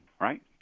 right